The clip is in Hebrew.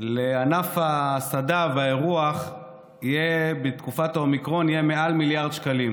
לענף ההסעדה והאירוח בתקופת האומיקרון יהיה מעל מיליארד שקלים.